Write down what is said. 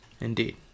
Indeed